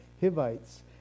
Hivites